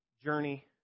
journey